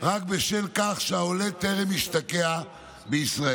רק בשל כך שהעולה טרם השתקע בישראל.